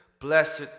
blessed